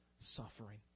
suffering